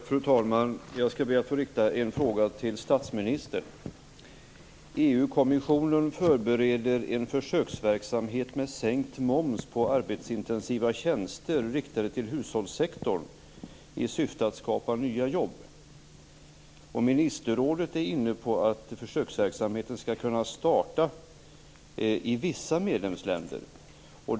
Fru talman! Jag skall be att få rikta en fråga till statsministern. EU-kommissionen förbereder en försöksverksamhet med sänkt moms på arbetsintensiva tjänster riktade till hushållssektorn i syfte att skapa nya jobb. Ministerrådet är inne på att försöksverksamheten skall kunna starta i vissa medlemsländer.